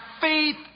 faith